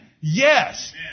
Yes